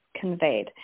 conveyed